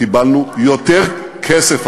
קיבלנו יותר כסף,